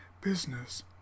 business